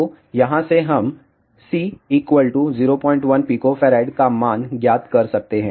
तो यहाँ से हम C 01 pF का मान ज्ञात कर सकते हैं